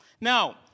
Now